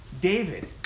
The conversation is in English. David